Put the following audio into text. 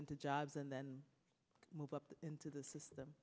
into jobs and then move up into the system